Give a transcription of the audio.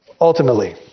ultimately